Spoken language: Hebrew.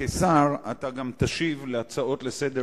בסופו של דבר